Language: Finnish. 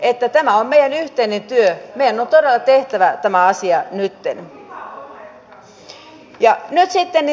mutta tämä on meidän yhteinen työmme meidän on todella tehtävä tämä asia nytten